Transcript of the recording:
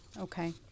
Okay